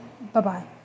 Bye-bye